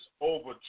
Over